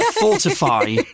Fortify